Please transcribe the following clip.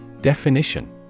Definition